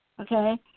okay